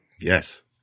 Yes